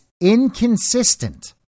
inconsistent